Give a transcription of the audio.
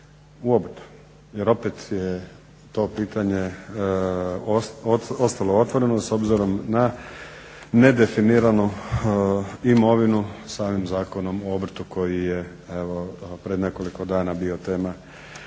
u obrtu? Jer opet je to pitanje ostalo otvoreno s obzirom na nedefiniranu imovinu samim Zakonom o obrtu koji je evo pred nekoliko dana bio tema ove